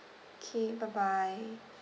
okay bye bye